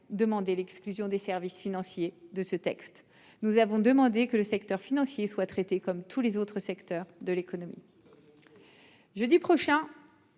demandé l'exclusion des services financiers de ce texte. Nous avons demandé que le secteur financier soit traité comme tous les autres secteurs de l'économie.